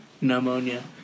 Pneumonia